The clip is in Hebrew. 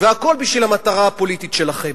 והכול בשביל המטרה הפוליטית שלכם.